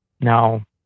Now